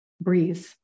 breathe